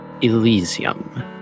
Elysium